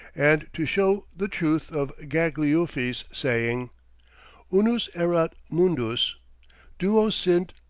and to show the truth of gagliuffi's saying unus erat mundus duo sint,